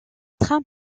trains